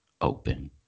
open